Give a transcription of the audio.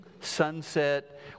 sunset